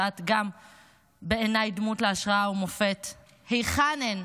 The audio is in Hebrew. שגם את בעיניי דמות מופת והשראה: היכן הן?